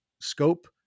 scope